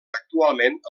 actualment